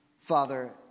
Father